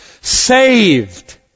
saved